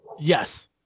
Yes